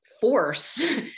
force